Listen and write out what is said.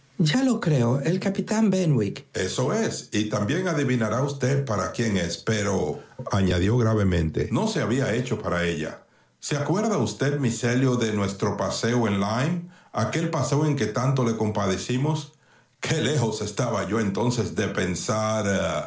ya lo creo el capitán benwick eso es y también adivinará usted para quién es peroañadió gravementeno se había hecho para ella se acuerda usted miss elliot de nuestro paseo en lyme aquel paseo en que tanto le compadecimos qué lejos estaba yo entonces de pensar